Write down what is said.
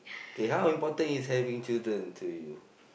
okay how important is having children to you